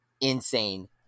insane